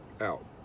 out